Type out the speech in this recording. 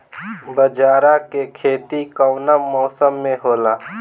बाजरा के खेती कवना मौसम मे होला?